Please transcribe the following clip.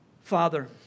Father